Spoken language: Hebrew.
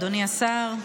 אדוני השר,